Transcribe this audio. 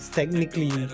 technically